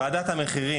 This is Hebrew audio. וועדת המחירים,